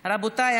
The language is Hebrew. רבותיי,